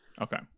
Okay